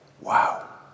Wow